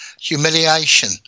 humiliation